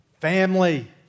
family